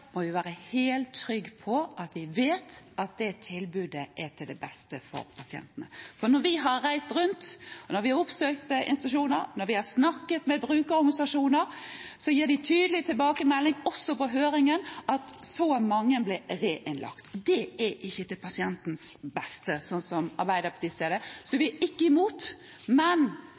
må vi være helt trygge på at det tilbudet er til det beste for pasientene. Når vi har reist rundt og oppsøkt institusjoner, og når vi har snakket med brukerorganisasjoner, gir de tydelig tilbakemelding – også på høringen – om at så mange reinnlegges. Det er ikke til pasientens beste, slik som Arbeiderpartiet ser det, så